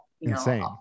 insane